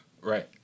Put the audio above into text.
Right